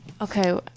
Okay